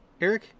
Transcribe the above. Eric